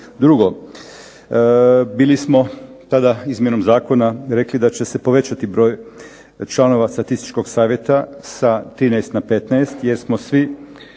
Drugo, bili smo tada izmjenom zakona rekli da će se povećati broj članova statističkog savjeta sa 13 na 15 jer smo svi